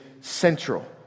central